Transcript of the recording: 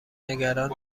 نگران